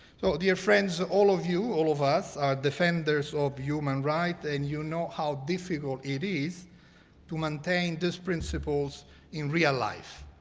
so dear friends, all of you, all of us, are defenders of human rights, and you know how difficult it is to maintain these principles in real life,